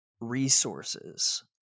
resources